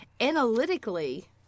analytically